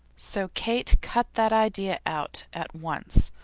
so kate cut that idea out at once,